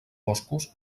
boscos